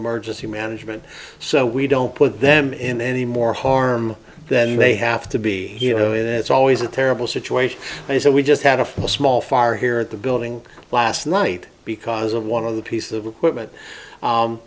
emergency management so we don't put them in any more harm than they have to be you know it's always a terrible situation and so we just had a full small fire here at the building last night because of one of the piece of equipment